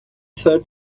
said